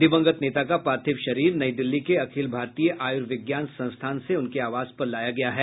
दिवंगत नेता का पार्थिव शरीर नई दिल्ली के अखिल भारतीय आयुर्विज्ञान संस्थान से उनके आवास पर लाया गया है